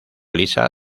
lisa